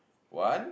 one